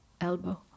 elbow